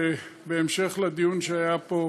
בהמשך לדיון שהיה פה,